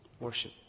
Worship